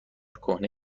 کهنه